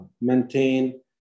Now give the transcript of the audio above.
maintain